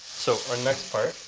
so next part,